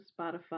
Spotify